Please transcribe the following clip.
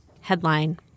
headline